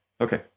okay